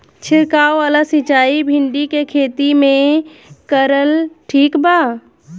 छीरकाव वाला सिचाई भिंडी के खेती मे करल ठीक बा?